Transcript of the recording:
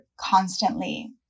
constantly